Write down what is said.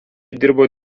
dirbo